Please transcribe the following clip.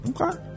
Okay